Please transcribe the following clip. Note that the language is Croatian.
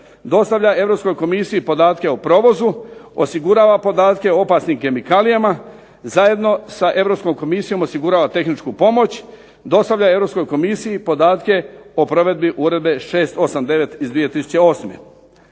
dostavlja Europskoj Komisiji podatke o provozu, osigurava podatke o opasnim kemikalijama, zajedno sa Europskom Komisijom osigurava tehničku pomoć, dostavlja Europskoj Komisiji podatke o provedbi uredbe 689. iz 2008.